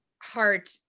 heart